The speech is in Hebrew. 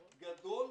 גדול,